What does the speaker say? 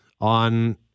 on